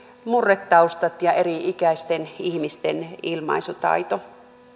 murretaustat ja eri ikäisten ihmisten ilmaisutaidon